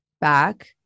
back